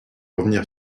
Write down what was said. revenir